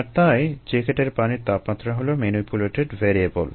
আর তাই জ্যাকেটের পানির তাপমাত্রা হলো ম্যানিপুলেটেড ভ্যারিয়েবল